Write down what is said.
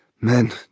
men